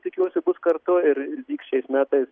tikiuosi bus kartu ir vyks šiais metais